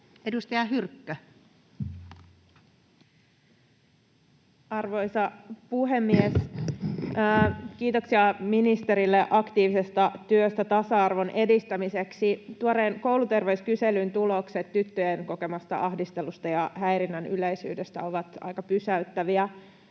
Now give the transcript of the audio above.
Content: Arvoisa puhemies! Kiitoksia ministerille aktiivisesta työstä tasa-arvon edistämiseksi. Tuoreen kouluterveyskyselyn tulokset tyttöjen kokemasta ahdistelusta ja häirinnän yleisyydestä ovat aika pysäyttäviä.